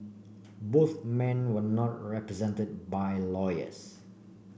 both men were not represented by lawyers